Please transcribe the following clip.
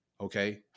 Okay